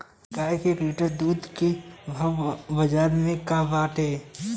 गाय के एक लीटर दूध के भाव बाजार में का बाटे?